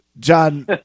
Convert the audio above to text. John